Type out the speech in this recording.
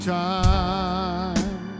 time